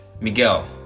Miguel